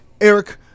Eric